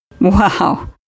Wow